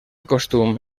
costum